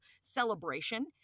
celebration